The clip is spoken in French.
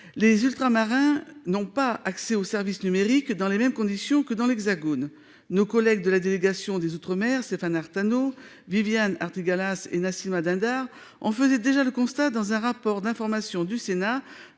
les Ultramarins n'ont pas accès aux services numériques dans les mêmes conditions que dans l'Hexagone. Nos collègues de la délégation aux outre-mer Stéphane Artano, Viviane Artigalas et Nassimah Dindar en faisaient déjà le constat dans un rapport d'information déposé